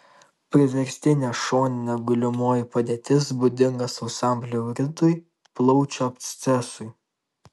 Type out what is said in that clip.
priverstinė šoninė gulimoji padėtis būdinga sausam pleuritui plaučių abscesui